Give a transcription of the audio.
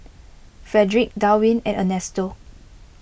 Fredric Darwyn and Ernesto